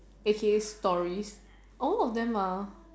A_K_A stories all of them are